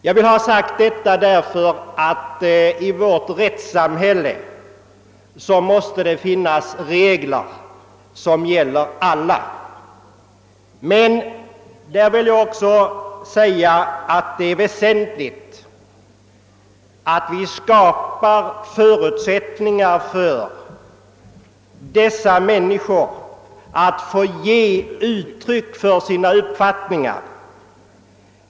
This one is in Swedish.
Jag vill ha sagt detta, därför att det i vårt rättssamhälle måste finnas regler som gäller för alla. Det är väsentligt att vi skapar förutsättningar för dessa människor att få ge uttryck för sin uppfattning.